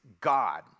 God